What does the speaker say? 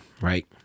right